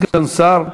סגן שר.